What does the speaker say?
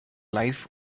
life